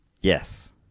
Yes